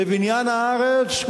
בבניין הארץ,